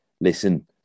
listen